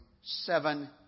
seven